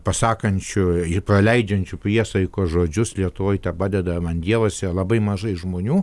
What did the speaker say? pasakančių ir praleidžiančių priesaikos žodžius lietuvoj tepadeda man dievas labai mažai žmonių